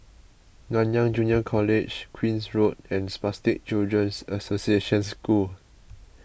Nanyang Junior College Queen's Road and Spastic Children's Association School